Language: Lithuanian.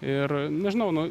ir nežinau nu